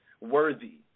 worthy